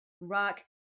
rock